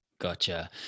Gotcha